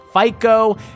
Fico